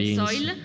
soil